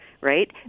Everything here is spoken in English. Right